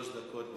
שלוש דקות.